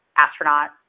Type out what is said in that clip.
astronaut